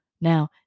Now